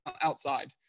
outside